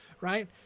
right